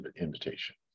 invitation